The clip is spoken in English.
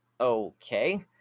Okay